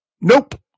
Nope